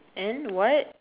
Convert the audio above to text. and what